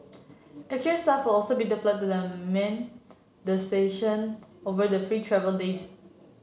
extra staff also be deployed to the man the station over the free travel days